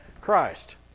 Christ